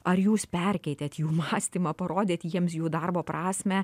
ar jūs perkeitėt jų mąstymą parodėt jiems jų darbo prasmę